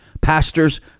pastors